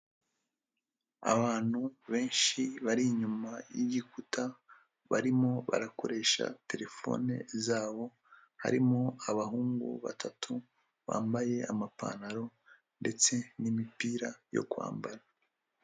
Abantu benshi bari inyuma y'igikuta, barimo barakoresha terefone zabo, harimo abahungu batatu bambaye amapantaro ndetse n'imipira yo kwambara.